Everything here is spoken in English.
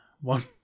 one